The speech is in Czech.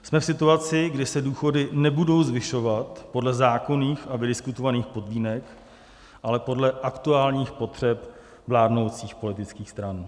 Jsme v situaci, kdy se důchody nebudou zvyšovat podle zákonných a vydiskutovaných podmínek, ale podle aktuálních potřeb vládnoucích politických stran.